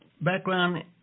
background